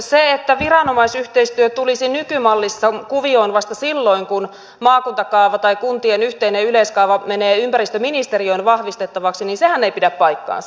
se että viranomaisyhteistyö tulisi nykymallissa kuvioon vasta silloin kun maakuntakaava tai kuntien yhteinen yleiskaava menee ympäristöministeriön vahvistettavaksi ei pidä paikkaansa